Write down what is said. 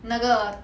那个